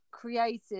created